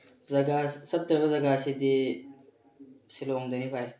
ꯆꯠꯇꯧꯔꯤꯕ ꯖꯒꯥꯁꯤꯗꯤ ꯁꯤꯂꯣꯡꯗꯅꯤ ꯚꯥꯏ